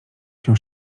się